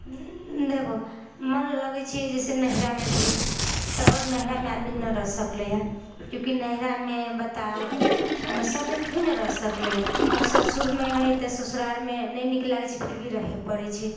देखू मन लगै छै जैसे नैहरामे भी तऽ नैहरामे आदमी ना रह सकले हइ क्योंकि नैहरामे बताउ सभदिन थोड़े ना रहि सकलैए आओर सासुरमे हइ तऽ ससुरार मे नहि नीक लागै छै फिर भी रहए पड़ै छै